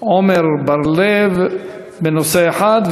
עמר בר-לב בנושא אחד,